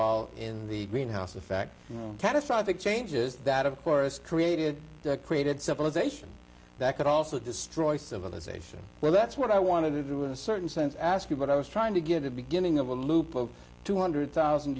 all in the greenhouse effect catastrophic changes that of course created created civilization that could also destroy civilization well that's what i want to do in a certain sense ask you but i was trying to get a beginning of a loop of two hundred thousand